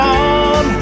on